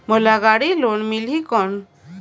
मोला गाड़ी लोन मिलही कौन?